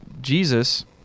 Jesus